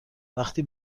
وقتی